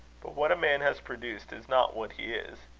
but what a man has produced, is not what he is.